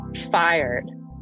fired